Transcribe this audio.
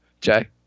Jay